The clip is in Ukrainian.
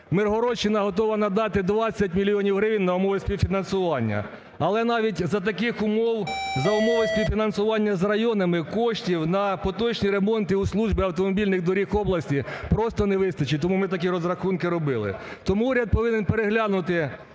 Миргородщина готова надати 20 мільйонів гривень на умові співфінансування. Але навіть за таких умов, за умови співфінансування з районами коштів на поточні ремонти у службі автомобільних доріг області просто не вистачить, тому ми такі розрахунки робили. Тому уряд повинен переглянути